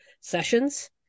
sessions